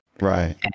Right